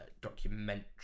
documentary